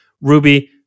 Ruby